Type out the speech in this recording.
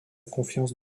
confiance